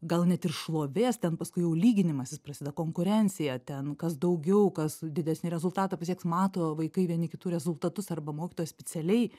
gal net ir šlovės ten paskui jau lyginimasis prasideda konkurencija ten kas daugiau kas didesnį rezultatą pasieks mato vaikai vieni kitų rezultatus arba mokytojas specialiai